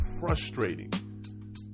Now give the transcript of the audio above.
frustrating